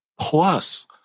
plus